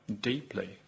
deeply